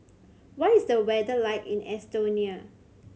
what is the weather like in Estonia